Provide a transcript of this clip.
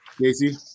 Casey